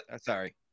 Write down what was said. Sorry